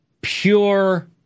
pure